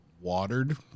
watered